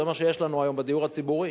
זה מה שיש לנו היום בדיור הציבורי,